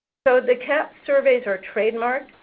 so, the cahps surveys are trademarked.